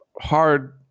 hard